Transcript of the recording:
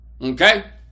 Okay